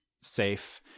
safe